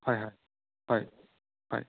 হয় হয় হয় হয়